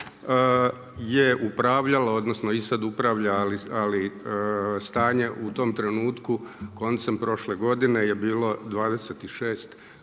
je upravljalo, odnosno i sad upravlja ali stanje u tom trenutku koncem prošle godine je bilo 26 milijardi